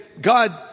God